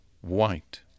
white